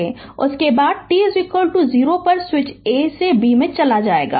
उसके बाद t 0 पर स्विच A से B में चला जाएगा